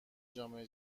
جامعه